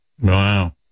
Wow